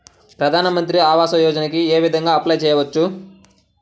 ప్రధాన మంత్రి ఆవాసయోజనకి ఏ విధంగా అప్లే చెయ్యవచ్చు?